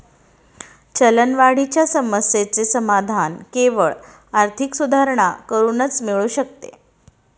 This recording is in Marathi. चलनवाढीच्या समस्येचे समाधान केवळ आर्थिक सुधारणा करूनच मिळू शकते